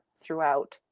throughout